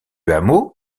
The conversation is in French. hameau